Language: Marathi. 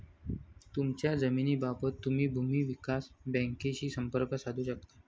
तुमच्या जमिनीबाबत तुम्ही भूमी विकास बँकेशीही संपर्क साधू शकता